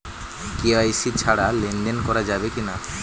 KYC ছাড়া লেনদেন করা যাবে কিনা?